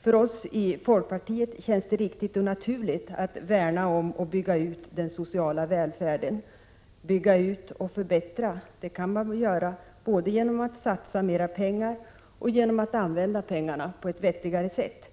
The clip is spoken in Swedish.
För oss i folkpartiet känns det riktigt och naturligt att värna om och bygga ut den sociala välfärden. Bygga ut och förbättra kan man göra både genom att satsa mera pengar och genom att använda pengarna på ett vettigare sätt.